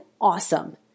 awesome